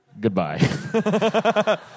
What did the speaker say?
Goodbye